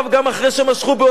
גם אחרי שמשכו באוזניה,